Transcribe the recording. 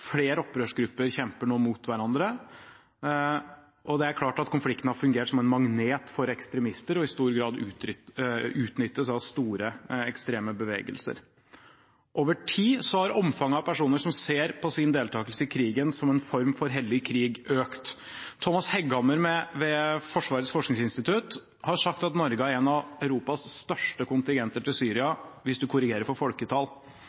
flere opprørsgrupper kjemper nå imot hverandre, og det er klart at konflikten har fungert som en magnet for ekstremister og utnyttes i stor grad av store ekstreme bevegelser. Over tid har omfanget av personer som ser på sin deltakelse i krigen som en form for hellig krig, økt. Thomas Hegghammer ved Forsvarets forskningsinstitutt har sagt at Norge har en av Europas største kontingenter til Syria hvis man korrigerer for folketall.